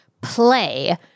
play